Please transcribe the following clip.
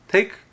Take